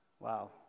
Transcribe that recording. Wow